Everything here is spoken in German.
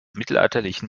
mittelalterlichen